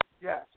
Yes